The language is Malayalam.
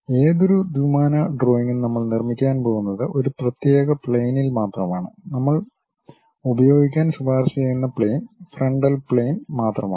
ഏതൊരു ദ്വിമാന ഡ്രോയിംഗും നമ്മൾ നിർമ്മിക്കാൻ പോകുന്നത് ഒരു പ്രത്യേക പ്ലെയിനിൽ മാത്രമാണ് നമ്മൾ ഉപയോഗിക്കാൻ ശുപാർശ ചെയ്യുന്ന പ്ളെയിൻ ഫ്രന്റൽ പ്ളെയിൻ മാത്രമാണ്